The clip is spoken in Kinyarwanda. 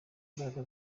imbaraga